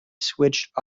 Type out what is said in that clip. switched